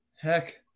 Heck